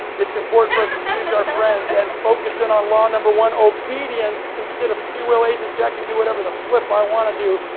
it's important for us to choose our friends and focusing on law number one, obedience instead of free will agency. i can do whatever the flip i want yo do.